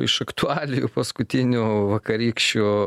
iš aktualijų paskutinių vakarykščių